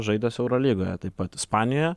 žaidęs eurolygoje taip pat ispanijoje